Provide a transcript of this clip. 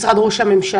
משרד ראש הממשלה.